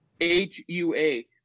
H-U-A